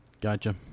Gotcha